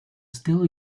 still